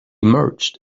emerged